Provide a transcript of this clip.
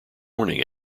warning